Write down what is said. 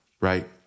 right